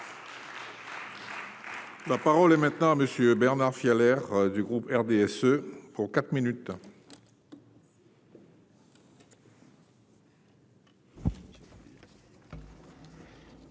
La parole est maintenant à Monsieur Bernard Fiolet du groupe RDSE pour 4 minutes.